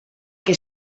che